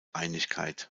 einigkeit